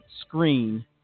screen